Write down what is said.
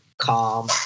calm